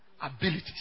abilities